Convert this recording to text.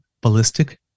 ballistic